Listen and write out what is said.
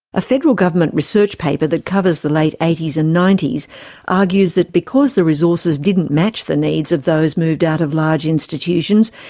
a federal government research paper that covers the late eighty s and ninety s argues that because the resources didn't match the needs of those moved out of large institutions,